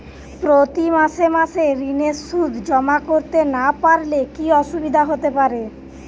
প্রতি মাসে মাসে ঋণের সুদ জমা করতে না পারলে কি অসুবিধা হতে পারে?